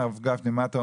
הרב גפני, מה אתה אומר?